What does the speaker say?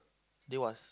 there was